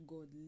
God